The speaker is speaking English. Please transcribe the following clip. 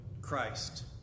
Christ